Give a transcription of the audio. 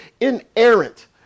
inerrant